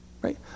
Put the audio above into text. Right